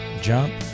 jump